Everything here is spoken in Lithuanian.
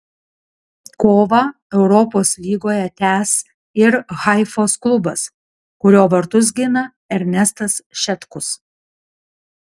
kovą europos lygoje tęs ir haifos klubas kurio vartus gina ernestas šetkus